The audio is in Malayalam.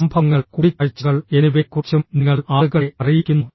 സംഭവങ്ങൾ കൂടിക്കാഴ്ചകൾ എന്നിവയെക്കുറിച്ചും നിങ്ങൾ ആളുകളെ അറിയിക്കുന്നു